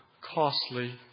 costly